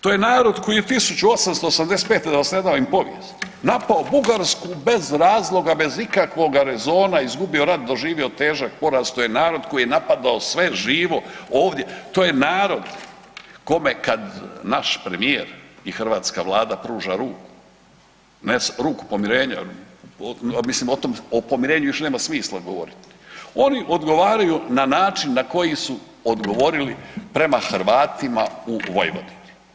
To je narod koji je 1885.da vas ne davim poviješću, napao Bugarsku bez razloga, bez ikakvoga rezona, izgubio rat, doživio težak poraz, to je narod koji je napadao sve živo, to je narod kome kad naš premijer i hrvatska Vlada pruža ruku, ne ruku pomirenja jer o pomirenju još nema smisla govoriti, oni odgovaraju na način na koji su odgovorili prema Hrvatima u Vojvodini.